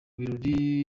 birori